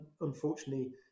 unfortunately